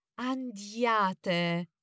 Andiate